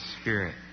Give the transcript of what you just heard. Spirit